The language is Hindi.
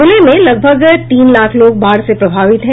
जिले में लगभग तीन लाख लोग बाढ़ से प्रभावित हैं